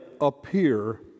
appear